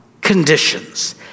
conditions